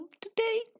today